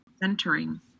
centering